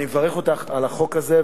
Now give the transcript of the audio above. אני מברך אותך על החוק הזה,